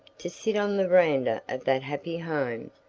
to sit on the verandah of that happy home,